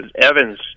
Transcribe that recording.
Evans